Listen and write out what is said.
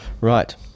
Right